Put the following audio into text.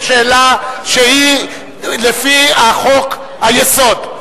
שאלה שהיא לפי חוק-היסוד.